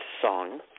song